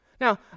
Now